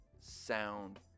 sound